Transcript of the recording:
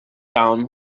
down